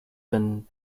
been